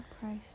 Christ